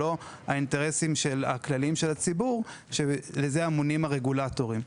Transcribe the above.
ולא האינטרסים הכלליים של הציבור; על זה אמונים הרגולטורים.